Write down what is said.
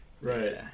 right